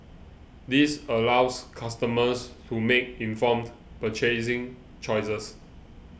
this allows customers to make informed purchasing choices